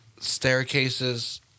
staircases